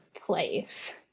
place